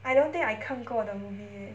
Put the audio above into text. I don't think I 看过 the movie